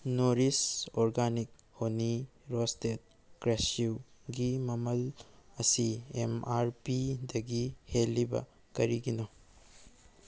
nourish organic honey roasted ꯀ꯭ꯔꯦꯁꯤꯌꯨꯒꯤ ꯃꯃꯜ ꯑꯁꯤ ꯑꯦꯝ ꯑꯥꯔ ꯄꯤꯗꯒꯤ ꯍꯦꯜꯂꯤꯕ ꯀꯔꯤꯒꯤꯅꯣ